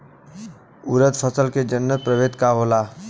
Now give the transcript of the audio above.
उरद फसल के उन्नत प्रभेद का होला?